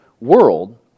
world